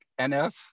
NF